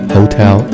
Hotel